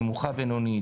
נמוכה-בינונית,